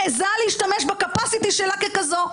מעזה להשתמש ב-capacity שלה ככזו,